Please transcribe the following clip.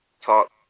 talk